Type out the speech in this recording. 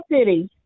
City